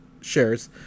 shares